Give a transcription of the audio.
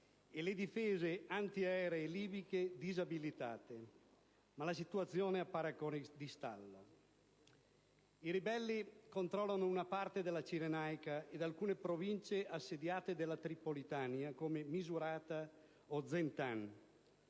e le difese antiaeree libiche disabilitate, ma la situazione appare ancora di stallo. I ribelli controllano una parte della Cirenaica ed alcune province assediate della Tripolitania, come Misurata o Zenten;